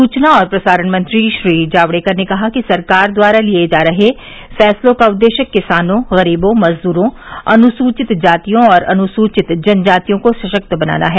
सूचना और प्रसारण मंत्री श्री जावड़ेकर ने कहा कि सरकार द्वारा लिए जा रहे फैसलों का उद्देश्य किसानों गरीबों मजदूरों अनुसूचित जातियों और अनुसूचित जन जातियों को सशक्त बनाना है